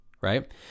Right